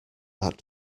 that